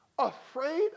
Afraid